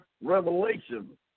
revelation